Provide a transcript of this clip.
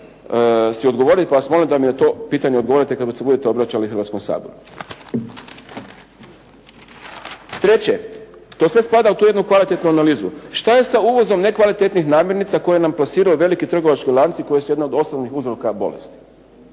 si odgovoriti, pa vas molim da mi na to pitanje odgovoriti kada se budete obraćali Hrvatskom Saboru. Treće. To sve spada u tu jednu kvalitetnu analizu, šta je sa uvozom nekvalitetnih namirnica koje nam plasiraju veliki trgovački lanci koji su jedni od osnovnih uzroka bolesti.